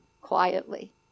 quietly